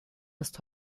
ist